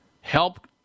help